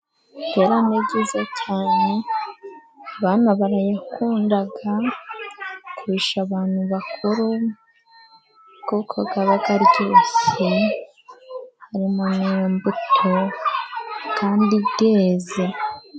Ipera ni ryiza cyane. Abana barayakunda kurusha abantu bakuru, kuko aba aryoshe arimo n' imbuto, kandi zeze.